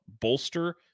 bolster